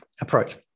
approach